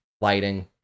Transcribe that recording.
lighting